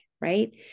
Right